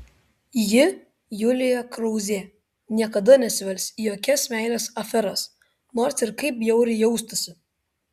ji julija krauzė niekada nesivels į jokias meilės aferas nors ir kaip bjauriai jaustųsi